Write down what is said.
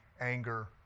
anger